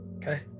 Okay